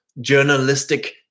journalistic